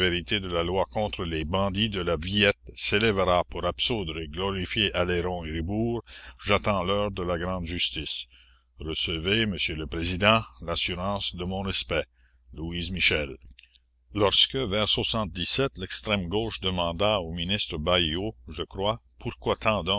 de la loi contre les bandits de la villette s'élèvera pour absoudre et glorifier aleyron et ribourt j'attends l'heure de la grande justice recevez monsieur le président l'assurance de mon respect louise michel la commune lorsque vers lextrême gauche demanda au ministre baïaut je crois pourquoi